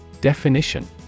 Definition